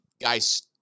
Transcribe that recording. guys